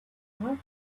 mark